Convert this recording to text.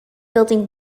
building